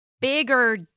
bigger